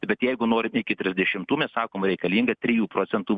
bet jeigu norim iki trisdešimtų mes sakom reikalinga trijų procentų